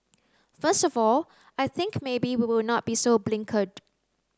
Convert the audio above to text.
first of all I think maybe we will not be so blinkered